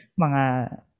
mga